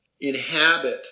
inhabit